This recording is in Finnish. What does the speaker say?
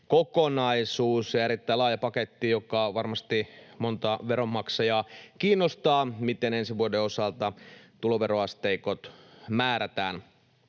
Erittäin laaja paketti, joka varmasti montaa veronmaksajaa kiinnostaa, miten ensi vuoden osalta tuloveroasteikot määrätään.